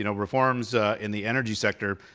you know reforms in the energy sector,